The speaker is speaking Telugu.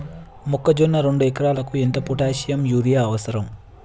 మొక్కజొన్న రెండు ఎకరాలకు ఎంత పొటాషియం యూరియా అవసరం?